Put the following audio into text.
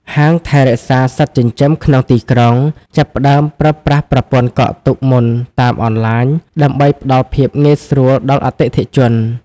ហាងថែរក្សាសត្វចិញ្ចឹមក្នុងទីក្រុង ចាប់ផ្តើមប្រើប្រាស់ប្រព័ន្ធកក់ទុកមុនតាមអនឡាញ ដើម្បីផ្តល់ភាពងាយស្រួលដល់អតិថិជន។